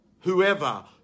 whoever